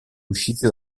usciti